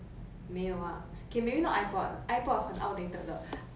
所以一个 new I pad 你会拿自己用还是